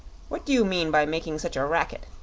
what do you mean by making such a racket?